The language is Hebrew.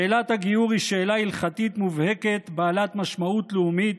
שאלת הגיור היא שאלה הלכתית מובהקת בעלת משמעות לאומית,